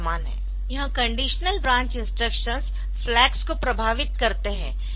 यह conditional branch instructions flags को प्रभावित करते है